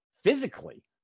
physically